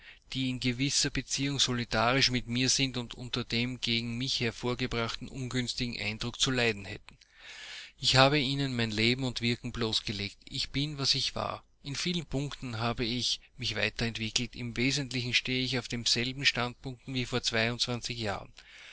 die in gewisser beziehung solidarisch mit mir sind und unter dem gegen mich hervorgebrachten ungünstigen eindruck zu leiden hätten ich habe ihnen mein leben und wirken bloßgelegt ich bin was ich war in vielen punkten habe ich mich weiterentwickelt im wesentlichen stehe ich auf demselben standpunkte wie vor jahren